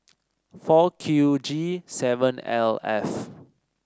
four Q G seven L F